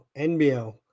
NBL